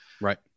Right